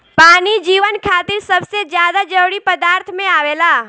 पानी जीवन खातिर सबसे ज्यादा जरूरी पदार्थ में आवेला